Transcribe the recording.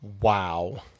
Wow